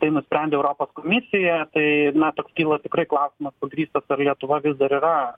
tai nusprendė europos komisija tai na toks kyla tikrai klausimas pagrįstas ar lietuva vis dar yra